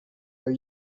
are